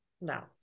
no